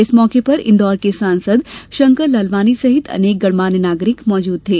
इस मौके पर इंदौर के सांसद शंकर लालवानी सहित अनेक गणमान्य नागरिक उपस्थित थे